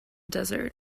desert